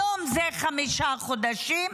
היום זה חמישה חודשים,